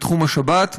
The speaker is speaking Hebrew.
בתחום השבת,